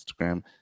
Instagram